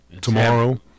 tomorrow